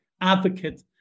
advocate